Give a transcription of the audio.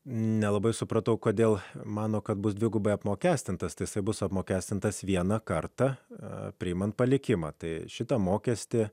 nelabai supratau kodėl mano kad bus dvigubai apmokestintas tiesiog bus apmokestintas vieną kartą priimant palikimą tai šitą mokestį